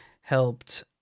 helped